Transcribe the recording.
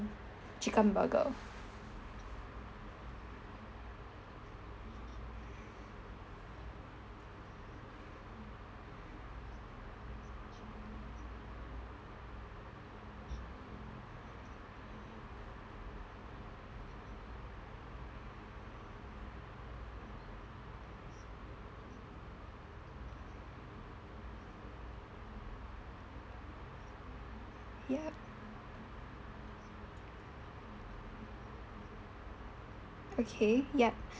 chicken burger yup okay yup